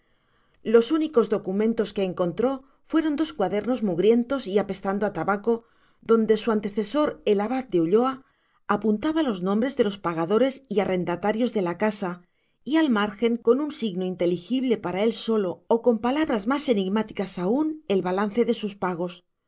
los únicos documentos que encontró fueron dos cuadernos mugrientos y apestando a tabaco donde su antecesor el abad de ulloa apuntaba los nombres de los pagadores y arrendatarios de la casa y al margen con un signo inteligible para él solo o con palabras más enigmáticas aún el balance de sus pagos